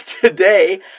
Today